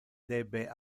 debe